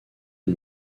and